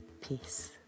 peace